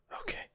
Okay